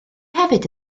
hefyd